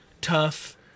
tough